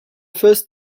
first